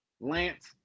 Lance